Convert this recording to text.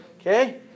okay